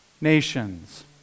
nations